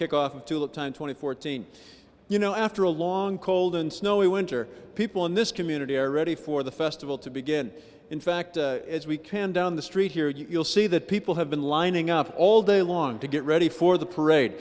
look time twenty fourteen you know after a long cold and snowy winter people in this community are ready for the festival to begin in fact as we can down the street here you'll see that people have been lining up all day long to get ready for the parade